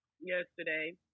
yesterday